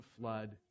flood